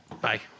Bye